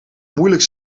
moeilijk